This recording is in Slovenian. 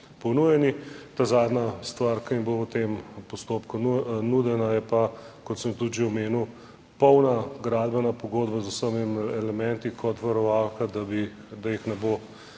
zadnja stvar, ki jim bo v tem postopku nudena, je pa, kot sem tudi že omenil, polna gradbena pogodba z vsemi elementi kot varovalka, da bi, da